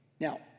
Now